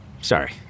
sorry